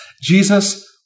Jesus